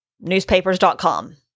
Newspapers.com